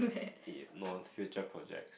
it more future project